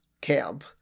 camp